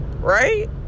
Right